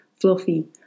fluffy